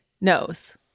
knows